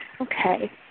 Okay